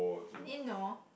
you didn't know